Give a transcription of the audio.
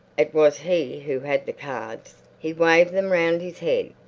it was he who had the cards. he waved them round his head.